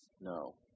No